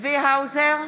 צבי האוזר,